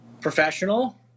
professional